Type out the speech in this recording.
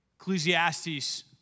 Ecclesiastes